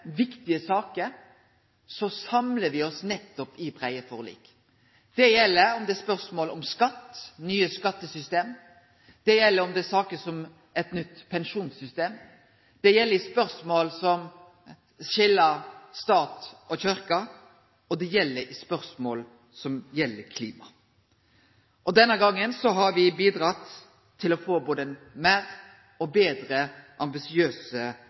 viktige saker, samlar me oss nettopp i breie forlik. Det gjeld om det er spørsmål om skatt og nye skattesystem. Det gjeld om det er saker som handlar om eit nytt pensjonssystem. Det gjeld i spørsmål om å skilje stat og kyrkje, og det gjeld i spørsmål som gjeld klima. Denne gongen har me bidrege til å få både betre og meir ambisiøse